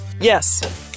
Yes